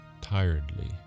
tiredly